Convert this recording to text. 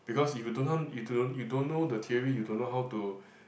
because if you don't you don't know the theory you don't know how to